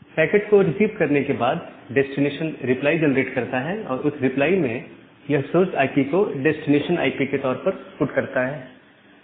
packet को receive करने के बाद डेस्टिनेशन रिप्लाई जनरेट करता है और उस रिप्लाई में यह सोर्स आईपी को डेस्टिनेशन आईपी के तौर पर पुट करता है